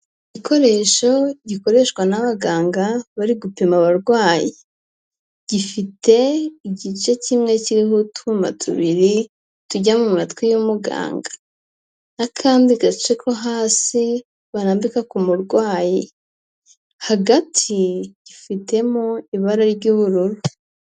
Igikoresho gikoreshwa n'abaganga bari gupima abarwayi, gifite igice kimwe kiriho utuwuma tubiri tujya mu matwi y'umuganga n'akandi gace ko hasi barambika ku murwayi, hagati gifitemo ibara ry'ubururu.